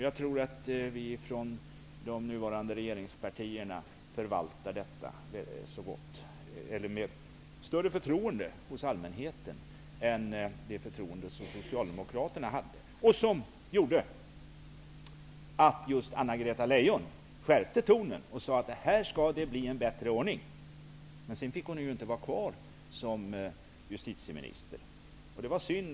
Jag tror att vi från de nuvarande regeringspartierna förvaltar detta med större förtroende hos allmänheten än det förtroende Socialdemokraterna hade och som gjorde att just Anna-Greta Leijon skärpte tonen och sade att här skall det bli en bättre ordning. Sedan fick hon inte vara kvar som justitieminister. Det var synd.